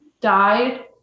died